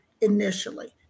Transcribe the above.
initially